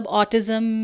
autism